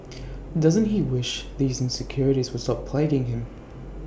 doesn't he wish these insecurities would stop plaguing him